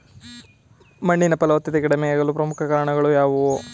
ಮಣ್ಣಿನ ಫಲವತ್ತತೆ ಕಡಿಮೆಯಾಗಲು ಪ್ರಮುಖ ಕಾರಣಗಳು ಯಾವುವು?